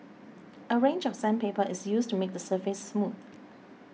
a range of sandpaper is used to make the surface smooth